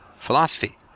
philosophy